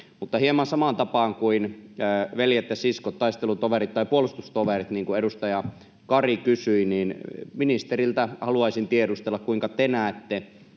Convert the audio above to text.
hieman samaan tapaan, veljet ja siskot, taistelutoverit tai puolustustoverit, niin kuin edustaja Kari kysyi, haluaisin ministeriltä tiedustella, kuinka te näette